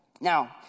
Now